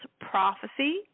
Prophecy